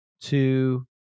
two